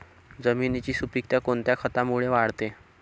जमिनीची सुपिकता कोणत्या खतामुळे वाढते?